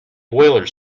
boiler